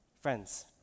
friends